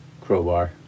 Crowbar